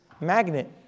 magnet